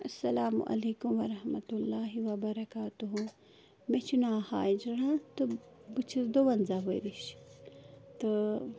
السلام علیکُم وَرحمتُہ اللہ وَبرکاتہوٗ مےٚ چھِ ناو ہاجرَہ تہٕ بہٕ چھَس دُوَنٛزاہ ؤرِش تہٕ